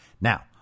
Now